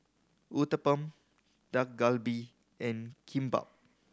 Uthapam Dak Galbi and Kimbap